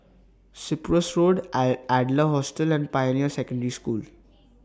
Cyprus Road I Adler Hostel and Pioneer Secondary School